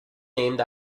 named